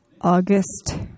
August